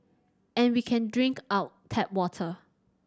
and we can drink our tap water